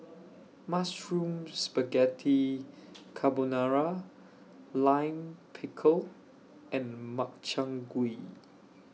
Mushroom Spaghetti Carbonara Lime Pickle and Makchang Gui